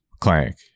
clank